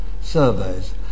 surveys